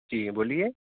جی بولیے